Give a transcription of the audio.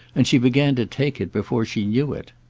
and she began to take it before she knew it.